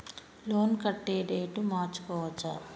Loan కట్టే date మార్చుకోవచ్చా?